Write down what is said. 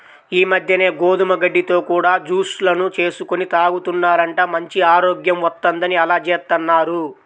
ఈ మద్దెన గోధుమ గడ్డితో కూడా జూస్ లను చేసుకొని తాగుతున్నారంట, మంచి ఆరోగ్యం వత్తందని అలా జేత్తన్నారు